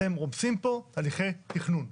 אתם רומסים פה הליכי תכנון.